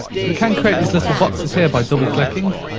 so, we can create these little boxes here, by double clicking,